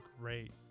great